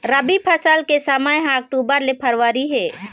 रबी फसल के समय ह अक्टूबर ले फरवरी हे